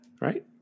right